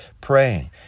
praying